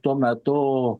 tuo metu